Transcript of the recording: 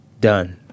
Done